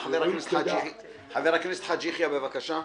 חבר הכנסת חאג' יחיא, בבקשה.